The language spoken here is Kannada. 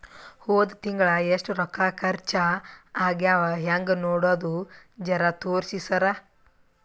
ಹೊದ ತಿಂಗಳ ಎಷ್ಟ ರೊಕ್ಕ ಖರ್ಚಾ ಆಗ್ಯಾವ ಹೆಂಗ ನೋಡದು ಜರಾ ತೋರ್ಸಿ ಸರಾ?